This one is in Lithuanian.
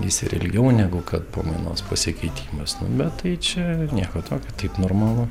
jis ir ilgiau negu kad pamainos pasikeitimas nu bet tai čia nieko tokio taip normalu